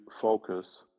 focus